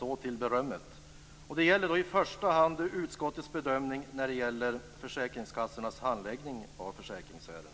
Det gäller i första hand utskottets bedömning av försäkringskassornas handläggning av försäkringsärenden.